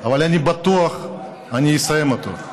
אבל אני בטוח אני אסיים אותו.